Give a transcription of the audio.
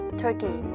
turkey